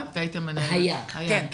כן.